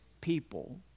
people